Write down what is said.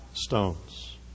stones